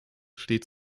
steht